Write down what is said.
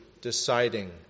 deciding